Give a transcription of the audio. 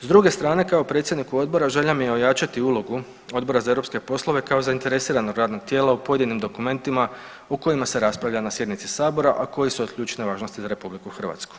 S druge strane kao predsjedniku Odbora želja mi je ojačati ulogu Odbora za europske poslove kao zainteresirano radno tijelo u pojedinim dokumentima o kojima se raspravlja na sjednici Sabora a koji su od ključne važnosti za RH.